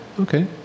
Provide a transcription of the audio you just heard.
Okay